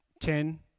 Ten